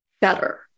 better